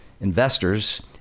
investors